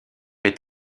est